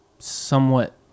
Somewhat